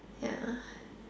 ya